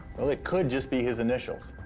well, it could just be his initials,